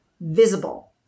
visible